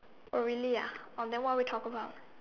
oh really ah oh then what do we talk about